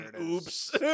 Oops